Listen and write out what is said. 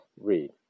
Read